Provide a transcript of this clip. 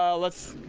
ah ah let's,